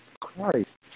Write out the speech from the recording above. Christ